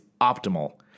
optimal